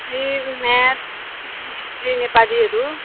ए math history नेपालीहरू